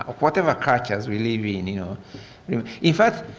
of what ever characters we live in, you know. i mean in fact,